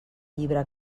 llibre